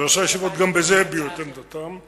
וראשי הישיבות גם בזה הביעו את עמדתם.